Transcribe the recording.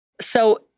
So-